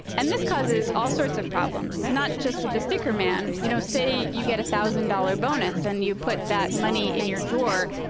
and this causes all sorts of problems, not just with the sticker man. you know, say you get a one thousand dollars bonus and you put that money in your drawer.